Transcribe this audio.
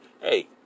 hey